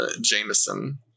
Jameson